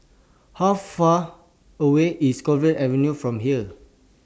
How Far away IS Clover Avenue from here